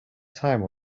time